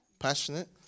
Passionate